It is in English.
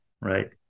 right